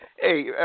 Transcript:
hey